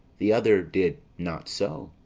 the other did not so.